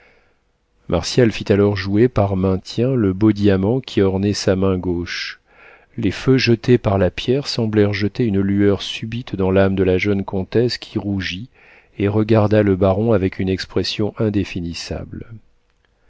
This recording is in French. fit alors jouer par maintien le beau diamant qui ornait sa main gauche les feux jetés par la pierre semblèrent jeter une lueur subite dans l'âme de la jeune comtesse qui rougit et regarda le baron avec une expression indéfinissable